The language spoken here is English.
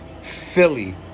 Philly